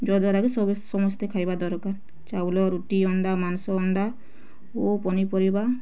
ଯଦ୍ୱାରା ସମସ୍ତେ ଖାଇବା ଦରକାର ଚାଉଳ ରୁଟି ଅଣ୍ଡା ମାଂସ ଅଣ୍ଡା ଓ ପନିପରିବା